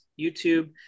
YouTube